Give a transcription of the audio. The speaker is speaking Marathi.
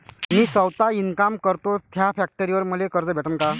मी सौता इनकाम करतो थ्या फॅक्टरीवर मले कर्ज भेटन का?